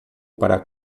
para